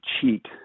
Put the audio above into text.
cheat